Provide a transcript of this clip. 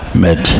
met